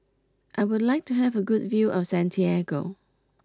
I would like to have a good view of Santiago